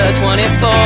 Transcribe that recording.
24